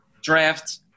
draft